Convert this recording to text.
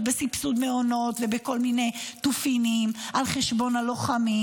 בסבסוד מעונות ובכל מיני תופינים על חשבון הלוחמים.